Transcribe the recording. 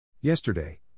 Yesterday